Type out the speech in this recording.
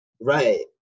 Right